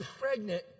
pregnant